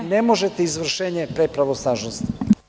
Ne možete izvršenje pre pravosnažnosti.